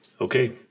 Okay